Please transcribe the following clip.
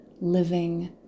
living